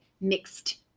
mixed